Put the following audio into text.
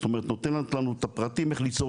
זאת אומרת נותנת לנו את הפרטים איך ליצור